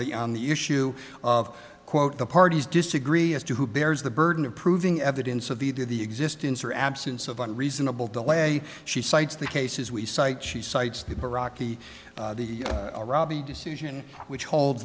the on the issue of quote the parties disagree as to who bears the burden of proving evidence of either the existence or absence of a reasonable delay she cites the cases we cite she cites the iraqi the rabi decision which hold